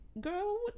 girl